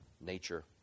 nature